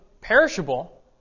perishable